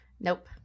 Nope